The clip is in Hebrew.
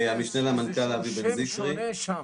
המשנה למנכ"ל, אבי בן זקרי.